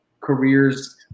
careers